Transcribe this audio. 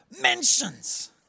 mentions